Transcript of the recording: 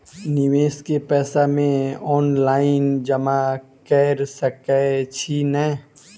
निवेश केँ पैसा मे ऑनलाइन जमा कैर सकै छी नै?